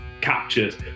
captures